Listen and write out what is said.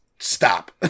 stop